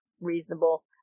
reasonable